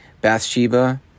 Bathsheba